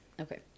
Okay